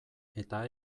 eta